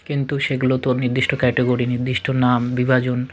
কিন্তু সেগুলো তো নির্দিষ্ট ক্যাটাগরি নির্দিষ্ট নাম বিভাজন